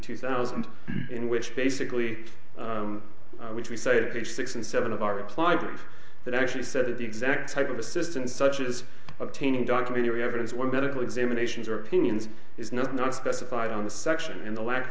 two thousand in which basically which we cited page six and seven of our replies that actually said that the exact type of assistance such as obtaining documentary evidence or medical examinations or opinions is not not specified on the section in the lack